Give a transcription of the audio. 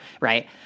Right